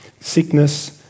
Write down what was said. sickness